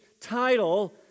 title